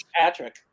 Patrick